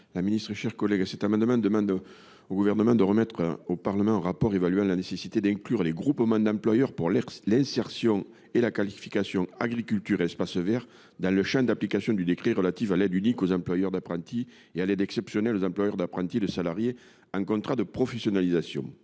M. Henri Cabanel. Par cet amendement, nous demandons au Gouvernement de remettre au Parlement un rapport évaluant la nécessité d’inclure les groupements d’employeurs pour l’insertion et la qualification (Geiq) « agriculture et espaces verts » dans le champ d’application du décret relatif à l’aide unique aux employeurs d’apprentis et à l’aide exceptionnelle aux employeurs d’apprentis et de salariés en contrat de professionnalisation.